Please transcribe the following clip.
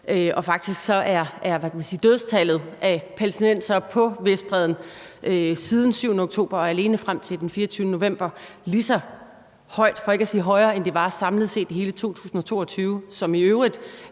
og faktisk er dødstallet for palæstinensere på Vestbredden siden den 7. oktober og alene frem til den 24. november lige så højt, for ikke at sige højere, end det samlet set var i hele 2022, som i øvrigt